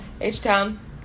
H-Town